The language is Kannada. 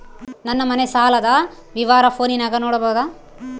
ನನ್ನ ಮನೆ ಸಾಲದ ವಿವರ ಫೋನಿನಾಗ ನೋಡಬೊದ?